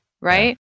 right